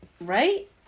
Right